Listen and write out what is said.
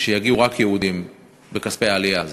שיגיעו רק יהודים בכספי העלייה הזאת?